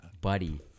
Buddy